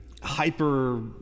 Hyper